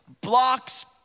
blocks